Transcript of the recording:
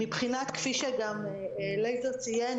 כפי שגם אליעזר ציין,